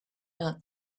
not